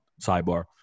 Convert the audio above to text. sidebar